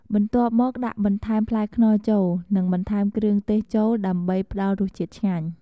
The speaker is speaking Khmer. បន្ទាប់មកដាក់បន្ថែមផ្លែខ្នុរចូល និង បន្ថែមគ្រឿងទេសចូលដើម្បីផ្តល់រសជាតិឆ្ងាញ់។